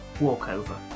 walkover